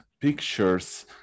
pictures